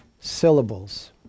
syllables